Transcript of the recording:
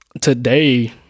today